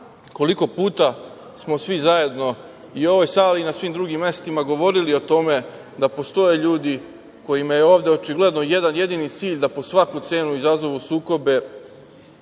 koliko puta smo svi zajedno, i u ovoj sali i na svim drugim mestima, govorili o tome da postoje ljudi kojima je ovde očigledno jedan jedini cilj da po svaku cenu izazovu sukobe,